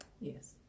Yes